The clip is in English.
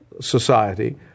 society